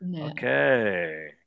okay